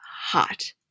hot